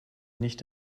nicht